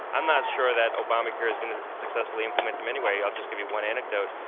i'm not sure that obamacare is going to successfully implement them anyway. i'll just give you one anecdote.